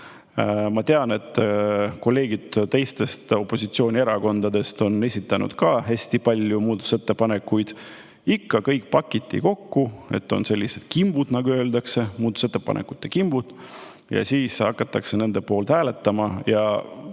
Ma tean, et kolleegid teistest opositsioonierakondadest on esitanud ka hästi palju muudatusettepanekuid. Ikka kõik pakiti kokku. On sellised kimbud, nagu öeldakse, muudatusettepanekute kimbud, ja siis hakatakse [neid] hääletama.